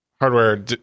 hardware